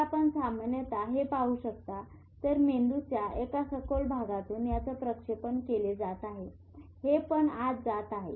तर आपण सामान्यतः हे पाहू शकता तर मेंदूच्या एका सखोल भागातून याच प्रक्षेपण केले जात आहे हे पण आत जात आहे